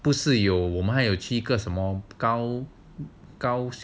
不是有我们还有去一个什么高高